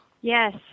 Yes